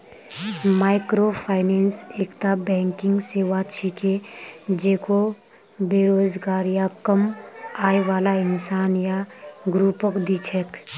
microfinance एकता banking सेवा छिके जेको बेरोजगार या कम आय बाला इंसान या ग्रुपक दी छेक